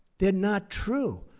they're not true.